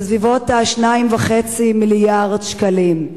בסביבות 2.5 מיליארד שקלים,